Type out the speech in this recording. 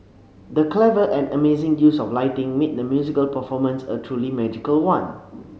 the clever and amazing use of lighting made the musical performance a truly magical one